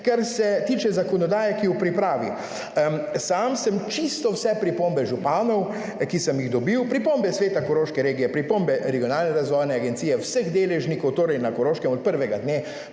(Nadaljevanje) je v pripravi. Sam sem čisto vse pripombe županov, ki sem jih dobil, pripombe sveta Koroške regije, pripombe Regionalne razvojne agencije, vseh deležnikov torej na Koroškem od prvega dne